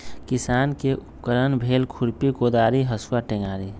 किसान के उपकरण भेल खुरपि कोदारी हसुआ टेंग़ारि